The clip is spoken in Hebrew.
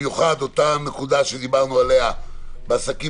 במיוחד אותה נקודה שדיברנו עליה בעסקים